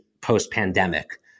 post-pandemic